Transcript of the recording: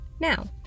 Now